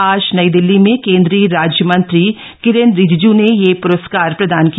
आज नई दिल्ली में केंद्रीय राज्य मंत्री किरेन रिजिज् ने यह प्रस्कार प्रदान किया